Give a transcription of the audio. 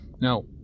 now